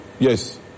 Yes